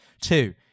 Two